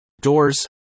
doors